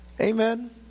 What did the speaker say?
Amen